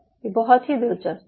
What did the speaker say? ये बहुत ही दिलचस्प है